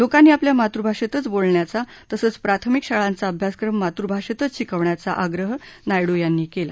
लोकांनी आपल्या मातृभाषेतच बोलण्याचा तसंच प्राथमिक शाळांचा अभ्यासक्रम मातृभाषेतच शिकवण्याचा आग्रह नायडू यांनी केला